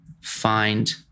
find